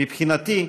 מבחינתי,